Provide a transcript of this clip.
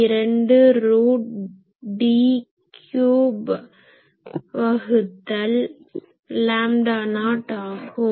62 root D cube வகுத்தல் lambda naught ஆகும்